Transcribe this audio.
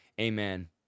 Amen